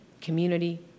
community